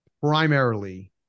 primarily